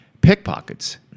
pickpockets